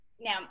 now